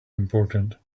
important